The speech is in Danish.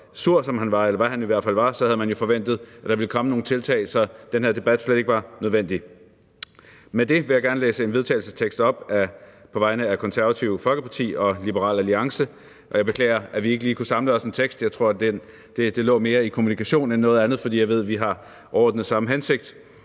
havde man jo forventet, at der ville komme nogle tiltag, så den her debat slet ikke havde været nødvendig. Med det vil jeg gerne læse et forslag til vedtagelse op på vegne af Konservative Folkeparti og Liberal Alliance. Jeg beklager, at vi ikke lige kunne samle os om en tekst. Jeg tror, det lå mere i kommunikationen end noget andet, for jeg ved, at vi overordnet har samme hensigt.